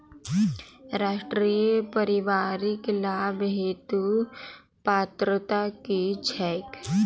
राष्ट्रीय परिवारिक लाभ हेतु पात्रता की छैक